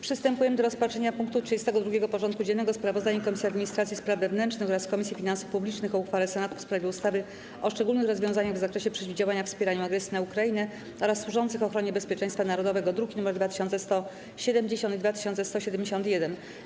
Przystępujemy do rozpatrzenia punktu 32. porządku dziennego: Sprawozdanie Komisji Administracji i Spraw Wewnętrznych oraz Komisji Finansów Publicznych o uchwale Senatu w sprawie ustawy o szczególnych rozwiązaniach w zakresie przeciwdziałania wspieraniu agresji na Ukrainę oraz służących ochronie bezpieczeństwa narodowego (druki nr 2170 i 2171)